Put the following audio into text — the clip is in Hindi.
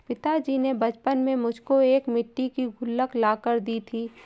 पिताजी ने बचपन में मुझको एक मिट्टी की गुल्लक ला कर दी थी